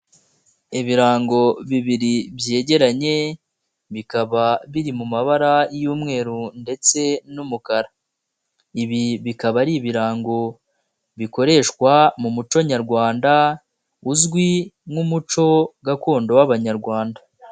Ibirango bibiri byegeranye, bikaba biri mu mabara y'umweru ndetse n'umukara, ibi bikaba ari ibirango bikoreshwa mu muco nyarwanda, uzwi nk'umuco gakondo w'Abanyarwanda.